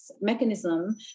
mechanism